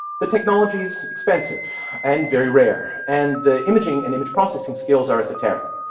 the technology is expensive and very rare, and the imaging and image processing skills are esoteric.